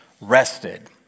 rested